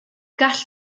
gall